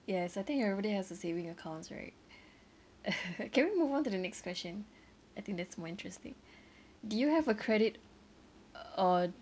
yes I think everybody has a saving accounts right can we move on to the next question I think that's more interesting do you have a credit or